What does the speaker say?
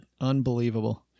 Unbelievable